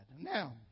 Now